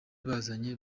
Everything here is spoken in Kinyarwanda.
bazanye